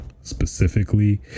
specifically